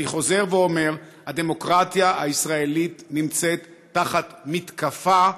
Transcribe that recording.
אני חוזר ואומר: הדמוקרטיה הישראלית נמצאת תחת מתקפה,